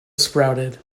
sprouted